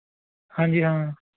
ਹਾਂਜੀ ਹਾਂ